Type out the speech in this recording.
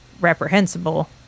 reprehensible